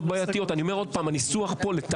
תגיד, על מה אתה מדבר